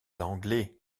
anglais